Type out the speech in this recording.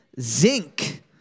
zinc